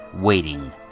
waiting